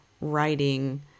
writing